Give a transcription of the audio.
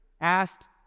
asked